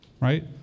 right